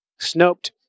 snoped